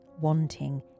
wanting